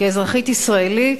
כאזרחית ישראלית